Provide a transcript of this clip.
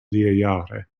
lekrjahre